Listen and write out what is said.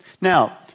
Now